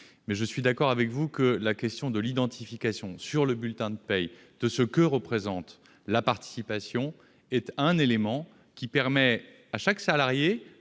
car, je suis d'accord avec vous, la question de l'identification, sur le bulletin de paie, de ce que représente la participation est un élément permettant à chaque salarié